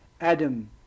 adam